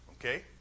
okay